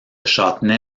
châtenay